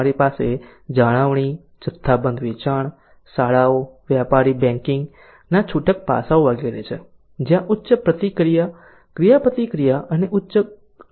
અમારી પાસે જાળવણી જથ્થાબંધ વેચાણ શાળાઓ વ્યાપારી બેંકિંગના છૂટક પાસાઓ વગેરે છેજ્યાં ઉચ્ચ ક્રિયાપ્રતિક્રિયા અને ઉચ્ચ શ્રમ તીવ્રતા છે